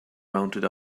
mounted